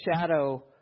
shadow